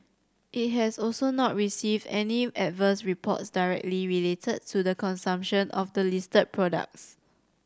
it has also not received any adverse reports directly related to the consumption of the listed products